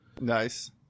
Nice